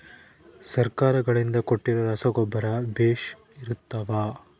ಸರ್ಕಾರಗಳಿಂದ ಕೊಟ್ಟಿರೊ ರಸಗೊಬ್ಬರ ಬೇಷ್ ಇರುತ್ತವಾ?